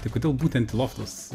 tai kodėl būtent į loftus